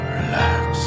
relax